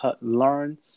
learn